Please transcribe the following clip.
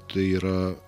tai yra